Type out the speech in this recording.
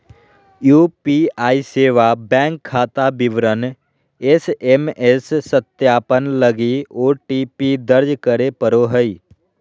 UPI सेवा bank खाता विवरण एस.एम.एस सत्यापन लगी ओ.टी.पी दर्ज करे पड़ो हइ